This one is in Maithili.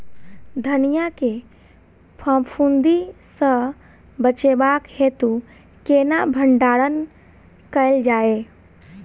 धनिया केँ फफूंदी सऽ बचेबाक हेतु केना भण्डारण कैल जाए?